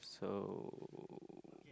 so